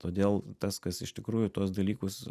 todėl tas kas iš tikrųjų tuos dalykus